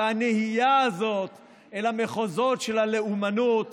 הנהייה הזאת אל המחוזות של הלאומנות,